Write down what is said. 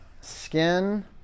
Skin